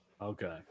Okay